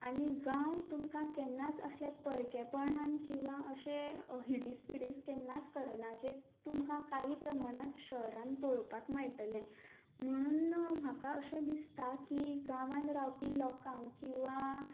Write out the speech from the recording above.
आनी गांव तुमकां केन्नाच असल्या परकेपणान किंवा अशे हिडीस फिडस केन्नाच करना जें तुमकां कांय प्रमाणांत शहरांत पळोवपाक मेळटलें म्हणून म्हाका अशें दिसता की गांवांत रावपी लोकाक किंवा